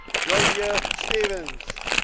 georgia stevens.